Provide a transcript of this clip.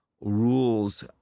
rules